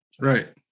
Right